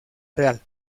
real